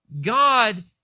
God